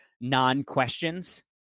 non-questions